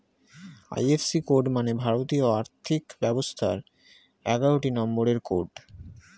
IFC code মানে ভারতীয় আর্থিক ব্যবস্থার এগারোটি নম্বরের কোড